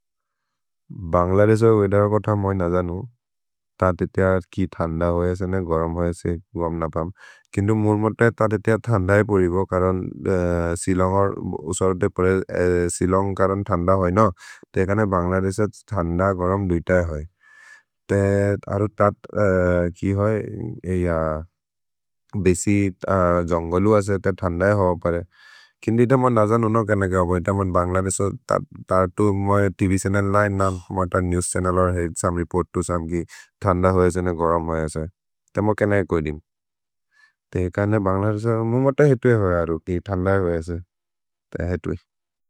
Bangladesh weather को थ मै न जनु। त तेतेय कि थन्द होयसे ने, गरम् होयसे, गोम् न पम्। किन्तु मुर्मुर् त तेतेय थन्द हि पोरिगो करन् सिलोन्ग् करन् थन्द होय्न। ते एकने भन्ग्लदेश थन्द, गरम् दुइत हि होय्। ते अरु त कि होय् बेसि जोन्गलु असे, ते थन्द हि होयो परे। किन्ति त म न जनु नो केन गवैत म भन्ग्लदेश त तु मए त्व् छन्नेल् लिने नाम्। म त नेव्स् छन्नेल् अर् हैद् सम् रेपोर्त् तु सम् कि थन्द होयसे ने, गरम् होयसे। त म केन है कोइ दिन्। ते एकने भन्ग्लदेश मु म त हेतु हि होय अरु कि थन्द हि होयसे। त हेतु हि।